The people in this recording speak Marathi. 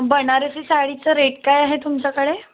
बनारसी साडीचं रेट काय आहे तुमच्याकडे